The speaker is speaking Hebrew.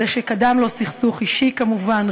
זה שקדם לו סכסוך אישי כמובן,